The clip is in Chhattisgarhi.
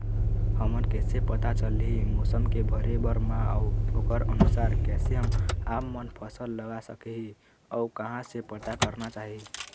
हमन कैसे पता चलही मौसम के भरे बर मा अउ ओकर अनुसार कैसे हम आपमन फसल लगा सकही अउ कहां से पता करना चाही?